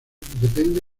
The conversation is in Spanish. depende